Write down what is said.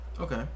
Okay